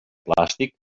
plàstic